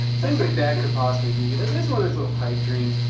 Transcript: things like that could possibly be this this one is little pipe dreams.